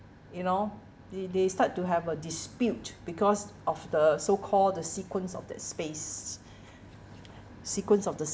you know they they start to have a dispute because of the so call the sequence of that space sequence of the